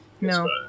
No